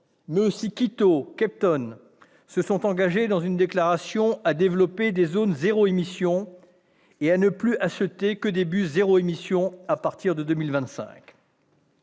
mais aussi Quito et Cape Town, se sont engagées dans une déclaration à développer des zones « zéro émission » et à ne plus acheter que des bus à zéro émission à partir de 2025.